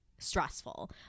stressful